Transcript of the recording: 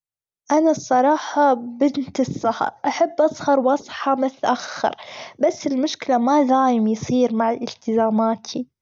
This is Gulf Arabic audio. أنا الصراحة بنت السهر أحب أسهر وأصحى متأخر، بس المشكلة ما دايم يصير معي إلتزاماتي.